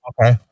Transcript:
okay